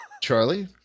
Charlie